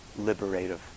liberative